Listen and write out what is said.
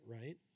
right